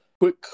Quick